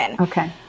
Okay